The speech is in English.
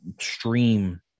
stream